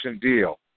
deal